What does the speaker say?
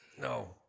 No